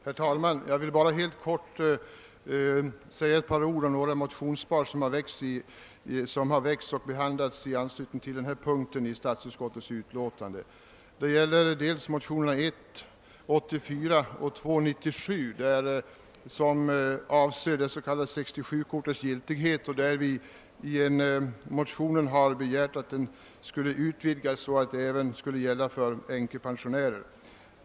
Herr talman! Jag vill helt kort säga ett par ord om vissa motionspar som har väckts och behandlats i anslutning till förevarande punkt i statsutskottets utlåtande. Det gäller till en början motionerna 1:84 och II:97, som avser det s.k. 67-kortets giltighet. I motionerna har vi begärt att kortets giltighet skall utvidgas att gälla även för änkepensionärer.